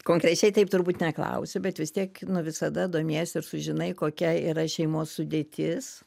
konkrečiai taip turbūt neklausiu bet vis tiek nu visada domiesi ir sužinai kokia yra šeimos sudėtis